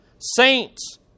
Saints